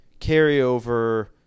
carryover